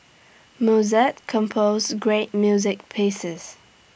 Mozart composed great music pieces